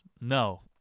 no